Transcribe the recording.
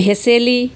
ভেচেলী